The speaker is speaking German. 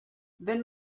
wenn